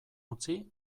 utzi